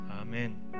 Amen